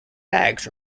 bags